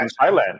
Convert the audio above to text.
Thailand